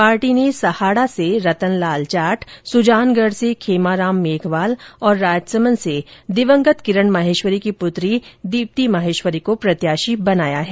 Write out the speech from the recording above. party ने सहाड़ा से रतन लाल जाट सुजानगढ़ से खेमाराम मेघवाल और राजसमंद से दिवंगत किरण माहेश्वरी की पुत्री दीप्ति माहेश्वरी को प्रत्याशी बनाया है